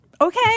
Okay